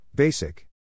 Basic